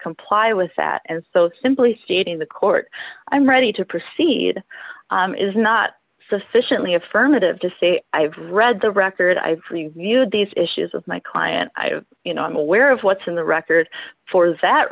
comply with that and so simply stating the court i'm ready to proceed is not sufficiently affirmative to say i've read the record i've fully viewed these issues with my client you know i'm aware of what's in the record for that